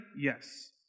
Yes